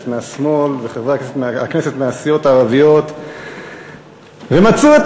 מהשמאל וחברי הכנסת מהסיעות הערביות והם מצאו את